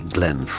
Glenn